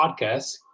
Podcast